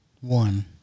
one